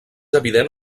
evident